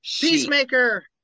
peacemaker